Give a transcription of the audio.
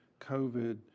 COVID